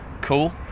cool